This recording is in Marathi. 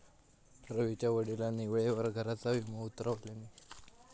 रवीच्या वडिलांनी वेळेवर घराचा विमो उतरवल्यानी